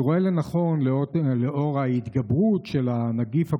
אני רואה לנכון, לנוכח ההתגברות של נגיף הקורונה,